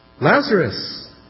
Lazarus